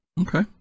Okay